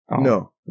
No